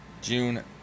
June